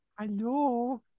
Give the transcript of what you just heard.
Hello